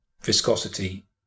viscosity